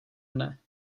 mne